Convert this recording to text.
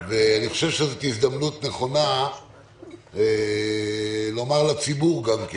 אני חושב שזאת הזדמנות נכונה לומר גם לציבור: